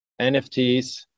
nfts